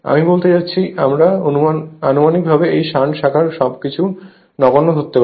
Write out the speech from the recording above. আমি বলতে চাচ্ছি আমরা আনুমানিকভাবে এই শান্ট শাখার সবকিছু নগণ্য ধরতে পারি